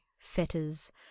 fetters